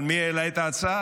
אבל מי העלה את ההצעה?